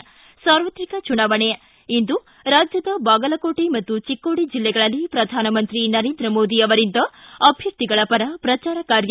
ಿ ಸಾರ್ವತ್ರಿಕ ಚುನಾವಣೆ ಇಂದು ರಾಜ್ಯದ ಬಾಗಲಕೋಟೆ ಮತ್ತು ಚಿಕ್ಕೋಡಿ ಜಿಲ್ಲೆಗಳಲ್ಲಿ ಪ್ರಧಾನಮಂತ್ರಿ ನರೇಂದ್ರ ಮೋದಿ ಅವರಿಂದ ಅಭ್ಯರ್ಥಿಗಳ ಪರ ಪ್ರಚಾರ ಕಾರ್ಯ